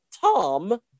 Tom